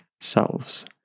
selves